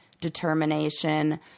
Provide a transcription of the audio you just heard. determination